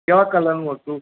કેવા કલરનું હતું